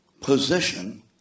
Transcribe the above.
position